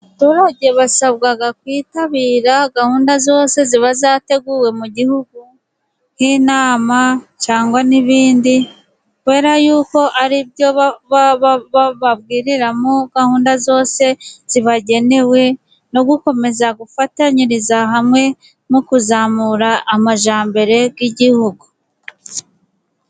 Abaturage basabwa kwitabira gahunda zose ziba zateguwe mu Gihugu, nk'inama cyangwa n'ibindi. Kubera yuko ari byo baba bababwiriramo gahunda zose zibagenewe, no gukomeza gufatanyiriza hamwe mu kuzamura amajyambere y'Igihugu.